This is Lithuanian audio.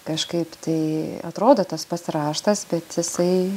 kažkaip tai atrodo tas pats raštas bet jisai